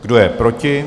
Kdo je proti?